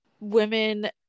women